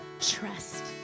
Trust